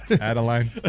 Adeline